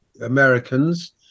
americans